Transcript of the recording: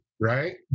Right